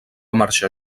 marxar